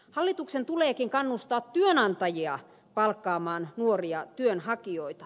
hallituksen tuleekin kannustaa työantajia palkkaamaan nuoria työnhakijoita